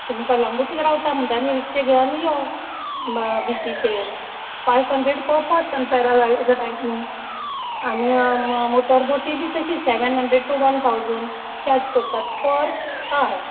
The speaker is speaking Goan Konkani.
तुमी कलंगूट रावता म्हणटा न्हय रिक्षा घे आनी यो बिचीचेर five hundred per person paragliding आनी मोटरबोटीक बी तशी seven hundred two one thousand बी चार्ज करता पर आर